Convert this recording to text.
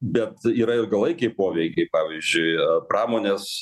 bet yra ilgalaikiai poveikiai pavyzdžiui pramonės